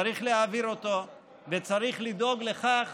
צריך להעביר אותו וצריך לדאוג לכך